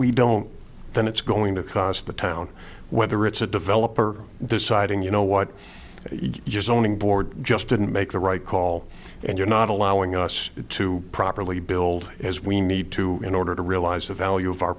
we don't then it's going to cost the town whether it's a developer deciding you know what you just owning board just didn't make the right call and you're not allowing us to properly build as we need to in order to realize the value of our